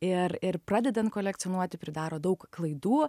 ir ir pradedant kolekcionuoti pridaro daug klaidų